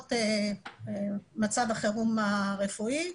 בעקבות מצב החירום הרפואי,